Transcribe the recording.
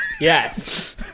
yes